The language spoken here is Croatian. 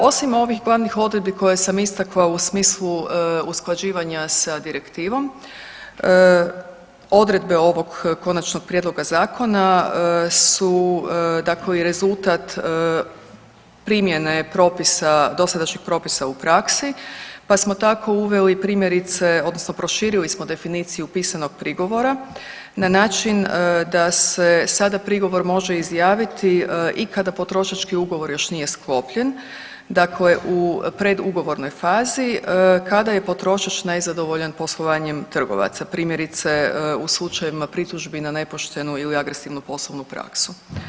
Osim ovih glavnih odredbi koje sam istakla u smislu usklađivanja sa Direktivom, odredbe ovog Konačnog prijedloga zakona su dakle i rezultat primjene propisa, dosadašnjih propisa u praksi pa smo tako uveli, primjerice, odnosno proširili smo definiciju pisanog prigovora na način da se sada prigovor može izjaviti i kada potrošački ugovor još nije sklopljen, dakle u predugovornoj fazi, kada je potrošač nezadovoljan poslovanjem trgovaca, primjerice, u slučajevima pritužbi na nepoštenu ili agresivnu poslovnu praksu.